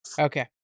Okay